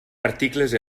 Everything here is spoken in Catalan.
articles